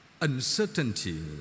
uncertainty